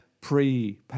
Pre